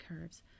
curves